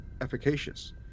efficacious